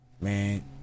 Man